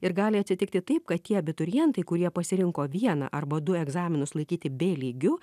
ir gali atsitikti taip kad tie abiturientai kurie pasirinko vieną arba du egzaminus laikyti b lygiu